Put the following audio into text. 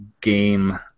game